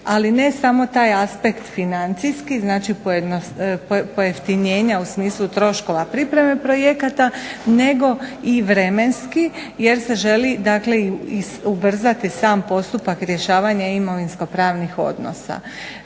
ali ne samo taj aspekt financijski, znači pojeftinjenje u smislu troškova pripreme projekata nego i vremenski jer se želi dakle ubrzati sam postupak rješavanja imovinskopravnih odnosa.